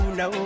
no